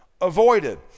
avoided